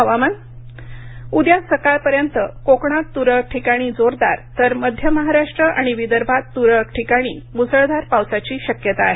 हवामान उद्या सकाळपर्यंत कोकणात तुरळक ठिकाणी जोरदार तर मध्य महाराष्ट्र आणि विदर्भात त्रळक ठिकाणी मुसळधार पावसाची शक्यता आहे